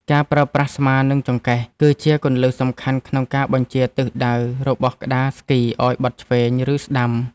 ការប្រើប្រាស់ស្មានិងចង្កេះ គឺជាគន្លឹះសំខាន់ក្នុងការបញ្ជាទិសដៅរបស់ក្ដារស្គីឱ្យបត់ឆ្វេង ឬស្ដាំ។